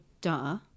duh